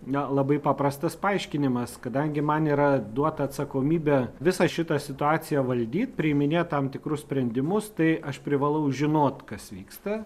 na labai paprastas paaiškinimas kadangi man yra duota atsakomybė visą šitą situaciją valdyti priiminėt tam tikrus sprendimus tai aš privalau žinot kas vyksta